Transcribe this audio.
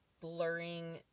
blurring